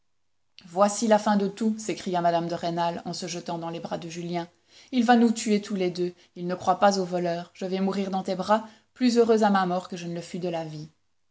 voici la fin de tout s'écria mme de rênal en se jetant dans les bras de julien il va nous tuer tous les deux il ne croit pas aux voleurs je vais mourir dans tes bras plus heureuse à ma mort que je ne le fus de la vie